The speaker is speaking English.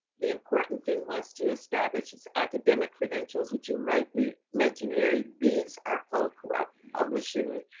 the important thing was to establish its academic credentials, which you rightly mentioned, harry. these are folks who are publishing